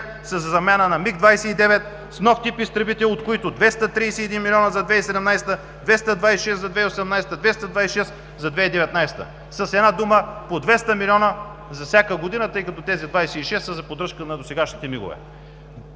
за замяна на МиГ-29 с нов тип изтребител, от които 231 млн. за 2017 г., 226 за 2018, 226 за 2019 г. С една дума, по 200 милиона за всяка година, тъй като тези 26 са за поддръжка на досегашните МиГ-ове